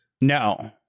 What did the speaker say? No